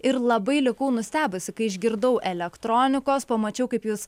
ir labai likau nustebusi kai išgirdau elektronikos pamačiau kaip jūs